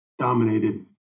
dominated